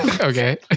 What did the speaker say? Okay